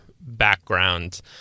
background